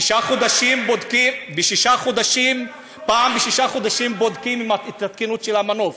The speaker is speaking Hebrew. פעם בשישה חודשים בודקים את התקינות של המנוף,